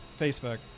Facebook